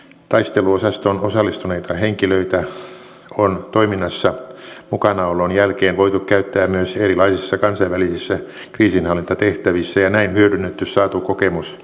taisteluosastoon osallistuneita henkilöitä on toiminnassa mukanaolon jälkeen voitu käyttää myös erilaisissa kansainvälisissä kriisinhallintatehtävissä ja näin hyödynnetty saatu kokemus laajemmalla kentällä